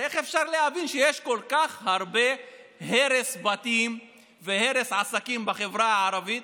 הרי איך אפשר להבין שיש כל כך הרבה הרס בתים והרס עסקים בחברה הערבית,